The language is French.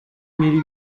mille